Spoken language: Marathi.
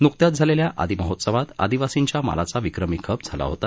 नुकत्याच झालेल्या आदी महोत्सवात आदिवासींच्या मालाचा विक्रमी खप झाला होता